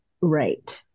right